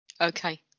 Okay